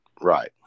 Right